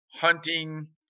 hunting